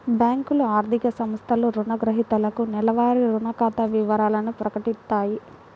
బ్యేంకులు, ఆర్థిక సంస్థలు రుణగ్రహీతలకు నెలవారీ రుణ ఖాతా వివరాలను ప్రకటిత్తాయి